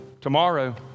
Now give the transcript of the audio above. Tomorrow